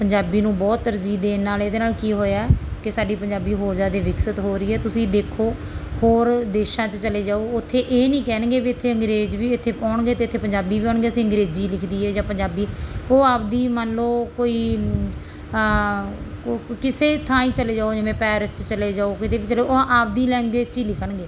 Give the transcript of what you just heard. ਪੰਜਾਬੀ ਨੂੰ ਬਹੁਤ ਤਰਜ਼ੀਹ ਦੇਣ ਨਾਲ ਇਹਦੇ ਨਾਲ ਕੀ ਹੋਇਆ ਕਿ ਸਾਡੀ ਪੰਜਾਬੀ ਹੋਰ ਜ਼ਿਆਦਾ ਵਿਕਸਿਤ ਹੋ ਰਹੀ ਹੈ ਤੁਸੀਂ ਦੇਖੋ ਹੋਰ ਦੇਸ਼ਾਂ 'ਚ ਚਲੇ ਜਾਓ ਉੱਥੇ ਇਹ ਨਹੀਂ ਕਹਿਣਗੇ ਵੀ ਇੱਥੇ ਅੰਗਰੇਜ਼ ਵੀ ਇੱਥੇ ਆਉਣਗੇ ਅਤੇ ਇੱਥੇ ਪੰਜਾਬੀ ਵੀ ਹੋਣਗੇ ਅਸੀਂ ਅੰਗਰੇਜ਼ੀ ਲਿਖ ਦਈਏ ਜਾਂ ਪੰਜਾਬੀ ਉਹ ਆਪਦੀ ਮੰਨ ਲਓ ਕੋਈ ਕਿਸੇ ਥਾਂ ਹੀ ਚਲੇ ਜਾਓ ਜਿਵੇਂ ਪੈਰਸ 'ਚ ਚਲੇ ਜਾਓ ਕਿਤੇ ਵੀ ਚਲੋ ਉਹ ਆਪਦੀ ਲੈਂਗੁਏਜ 'ਚ ਹੀ ਲਿਖਣਗੇ